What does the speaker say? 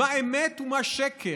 מה אמת ומה שקר,